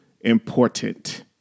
important